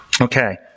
Okay